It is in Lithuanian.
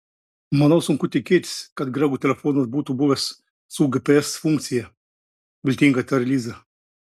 manau sunku tikėtis kad grego telefonas būtų buvęs su gps funkcija viltingai tarė liza